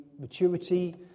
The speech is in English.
maturity